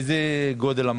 באיזה גודל המענקים?